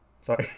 Sorry